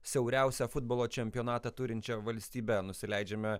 siauriausią futbolo čempionatą turinčia valstybe nusileidžiame